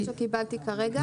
זה הנתון שקיבלתי כרגע.